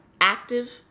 active